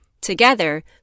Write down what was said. Together